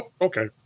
Okay